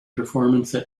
performances